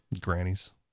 Grannies